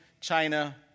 China